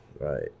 Right